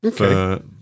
Okay